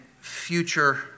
future